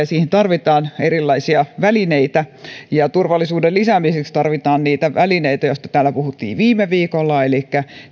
siihen tarvitaan erilaisia välineitä turvallisuuden lisäämiseksi tarvitaan niitä välineitä joista täällä puhuttiin viime viikolla elikkä